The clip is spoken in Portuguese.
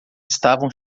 estavam